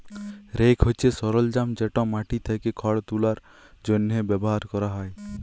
rake হছে সরলজাম যেট মাটি থ্যাকে খড় তুলার জ্যনহে ব্যাভার ক্যরা হ্যয়